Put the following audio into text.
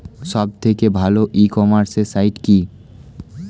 সব থেকে ভালো ই কমার্সে সাইট কী?